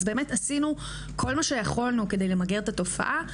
אז באמת עשינו כל מה שיכולנו כדי למגר את התופעה,